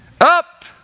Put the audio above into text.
Up